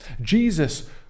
Jesus